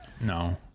No